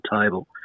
table